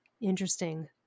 interesting